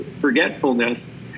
forgetfulness